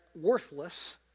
worthless